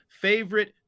favorite